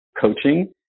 coaching